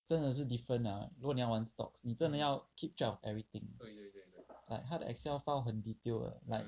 真的是 different ah 如果你要玩 stocks 你真的要 keep track of everything but 他的 excel file 很 detailed like